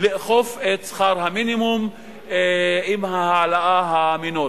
לאכוף את שכר המינימום עם ההעלאה המינורית.